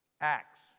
Acts